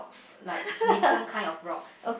like different kind of props